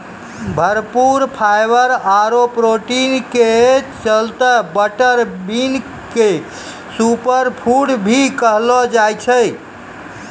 भरपूर फाइवर आरो प्रोटीन के चलतॅ बटर बीन क सूपर फूड भी कहलो जाय छै